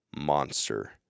monster